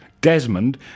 Desmond